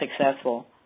successful